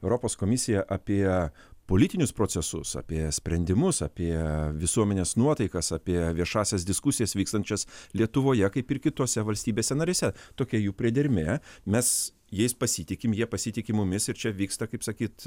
europos komisiją apie politinius procesus apie sprendimus apie visuomenės nuotaikas apie viešąsias diskusijas vykstančias lietuvoje kaip ir kitose valstybėse narėse tokia jų priedermė mes jais pasitikim jie pasitiki mumis ir čia vyksta kaip sakyt